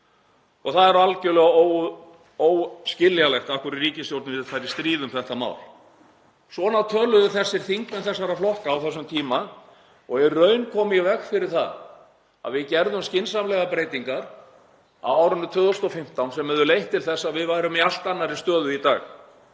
að það sé algjörlega óskiljanlegt af hverju ríkisstjórnin vill fara í stríð um þetta mál. Svona töluðu þingmenn þessara flokka á þessum tíma og komu í raun í veg fyrir það að við gerðum skynsamlegar breytingar á árinu 2015 sem hefðu leitt til þess að við værum í allt annarri stöðu í dag.